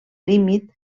límit